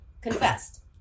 confessed